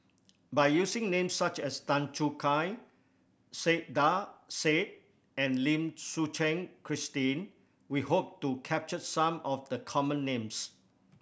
by using names such as Tan Choo Kai Saiedah Said and Lim Suchen Christine we hope to capture some of the common names